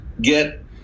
get